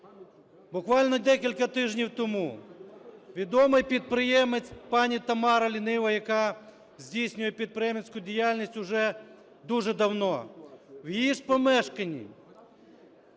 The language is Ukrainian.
буквально декілька тижнів тому відомий підприємець пані Тамара Лінива, яка здійснює підприємницьку діяльність уже дуже давно, в її ж помешканні